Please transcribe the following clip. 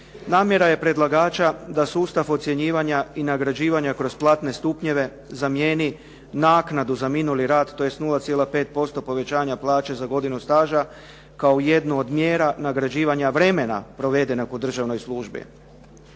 Namjera je predlagača da sustav ocjenjivanja i nagrađivanja kroz platne stupnjeve zamijeni naknadu za minuli rad, tj. 0,5% povećanja plaće za godinu staža kao jednu od mjera nagrađivanja vremena provedenog u državnoj službi.